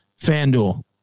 Fanduel